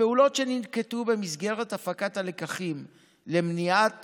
הפעולות שננקטו במסגרת הפקת הלקחים למניעת